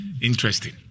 Interesting